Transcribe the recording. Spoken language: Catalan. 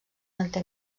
manté